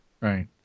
Right